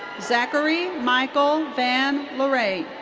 zachary michael van laere.